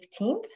15th